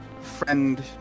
friend